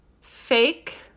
fake